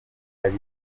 ari